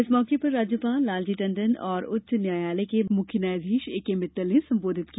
इस मौके पर राज्यपाल लालजी टंडन और उच्च न्यायालय के मुख्य न्यायाधीश एकेमित्तल ने संबोधित किया